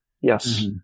Yes